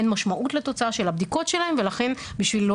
אין משמעות לתוצאה של הבדיקות שלהם ולכן בשביל לא